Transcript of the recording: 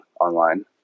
online